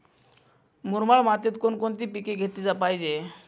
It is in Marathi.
मुरमाड मातीत कोणकोणते पीक घेतले पाहिजे?